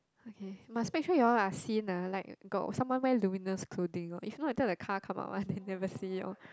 okay must make sure you are all are seen ah like got someone wearing luminous clothing if not later car come out [one] then never see you all